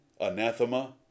anathema